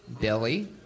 Billy